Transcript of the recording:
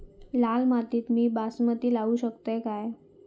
लाल मातीत मी बासमती लावू शकतय काय?